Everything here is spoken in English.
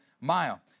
mile